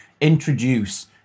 introduce